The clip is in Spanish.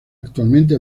actualmente